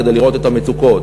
כדי לראות את המצוקות,